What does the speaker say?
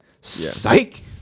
Psych